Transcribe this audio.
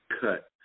cut